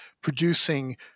producing